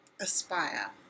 aspire